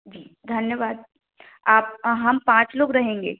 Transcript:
जी धन्यवाद आप हम पाँच लोग रहेंगे